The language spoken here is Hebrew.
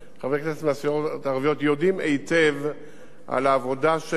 הערביות יודעים היטב על העבודה שמתבצעת